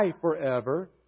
forever